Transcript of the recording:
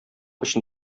өчен